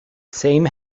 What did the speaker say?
same